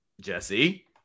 Jesse